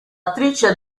attrice